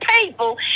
people